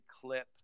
clip